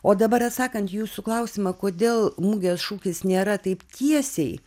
o dabar atsakant į jūsų klausimą kodėl mugės šūkis nėra taip tiesiai